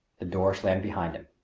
the door slammed behind him.